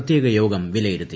പ്രത്യേക യോഗം വില്യിരുത്തി